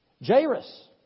Jairus